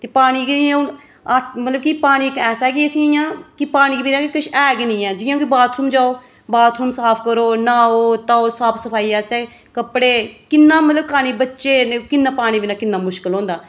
पानी गी हून मतलब पानी इक ऐसा कि पानी दे बिना किश है गै नेईं ऐ जि'यां तुस बाथरुम जाओ बाथरुम साफ करो न्हाओ धो साफ सफाई आस्तै कपड़े मतलब बच्चे किन्ना पानी बिना किन्ना मुशकल होंदा